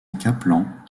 kaplan